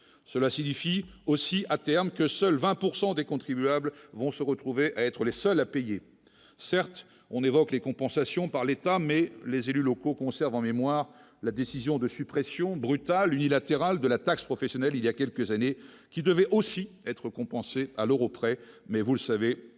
cela signifie aussi à terme que seuls 20 pourcent des contribuables vont se retrouver à être les seuls à payer, certes on évoquait compensation par l'État mais les élus locaux conserve en mémoire la décision de suppression brutale unilatérale de la taxe professionnelle, il y a quelques années, qui devait aussi être compensé à l'Euro près mais vous le savez,